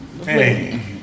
Hey